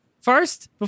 First